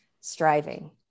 striving